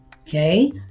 okay